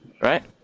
right